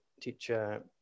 teacher